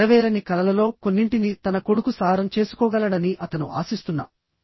తన నెరవేరని కలలలో కొన్నింటిని తన కొడుకు సాకారం చేసుకోగలడని అతను ఆశిస్తున్నా